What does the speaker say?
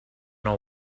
know